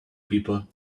people